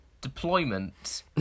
deployment